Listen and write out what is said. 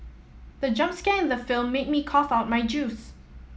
the jump scare in the film made me cough out my juice